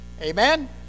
Amen